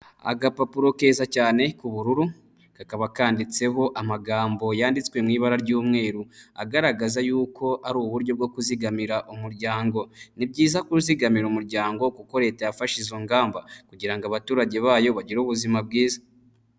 Agapapuro keza cyane k'ubururu kakaba kanditseho amagambo yanditswe mu ibara ry'umweru, agaragaza y'uko ari uburyo bwo kuzigamira umuryango. Ni byiza kuzigamira umuryango kuko leta yafashe izo ngamba kugira ngo abaturage bayo bagire ubuzima bwiza.